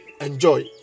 enjoy